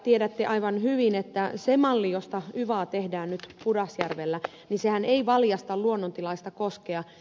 tiedätte aivan hyvin että se malli josta yvaa tehdään nyt pudasjärvellä ei valjasta luonnontilaista koskea